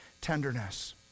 tenderness